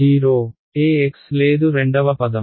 0 Ex లేదు రెండవ పదం